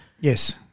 Yes